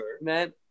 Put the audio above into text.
Man